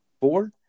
Four